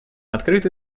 открыты